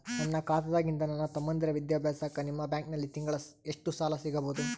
ನನ್ನ ಖಾತಾದಾಗಿಂದ ನನ್ನ ತಮ್ಮಂದಿರ ವಿದ್ಯಾಭ್ಯಾಸಕ್ಕ ನಿಮ್ಮ ಬ್ಯಾಂಕಲ್ಲಿ ತಿಂಗಳ ಎಷ್ಟು ಸಾಲ ಸಿಗಬಹುದು?